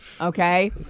Okay